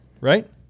right